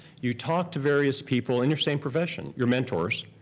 you talk to various people in your same profession, your mentors,